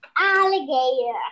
Alligator